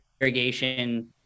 irrigation